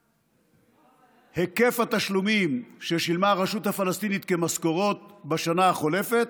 היקף התשלומים ששילמה הרשות הפלסטינית כמשכורות בשנה החולפת.